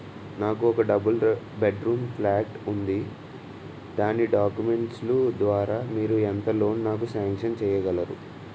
నాకు ఒక double bedroom plot ఉంది దాని డాక్యుమెంట్స్ లు ద్వారా మీరు ఎంత లోన్ నాకు సాంక్షన్ చేయగలరు?